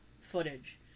footage